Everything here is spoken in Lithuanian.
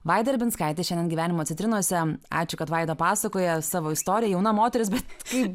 vaida ribinskaitė šiandien gyvenimo citrinose ačiū kad vaida pasakoja savo istoriją jauna moteris bet kai